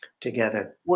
together